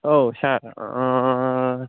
औ सार